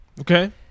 Okay